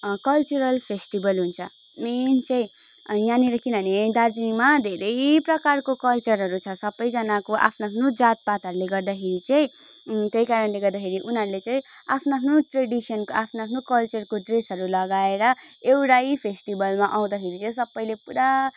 cultural festival हुन्छ main चाहिँ अनि यहाँनिर किनभने दार्जिलिङमा धेरै प्रकारको कल्चरहरू छ सबैजानाको आफ्नो आफ्नो जातपातहरूले गर्दाखेरि चाहिँ त्यही कारणले गर्दाखेरि उनीहरूले चाहिँ आफ्नो आफ्नो ट्रेडिसनको आफ्नो आफ्नो कल्चरको ड्रेसहरू लगाएर एउटै फेस्टिभलमा आउँदाखेरि चाहिँ सबैले पुरा